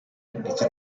ndetse